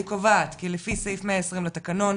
אני קובעת כי לפי סעיף 120 לתקנון,